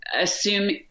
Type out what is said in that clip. assume